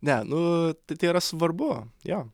ne nu tai yra svarbu jo